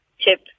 Tip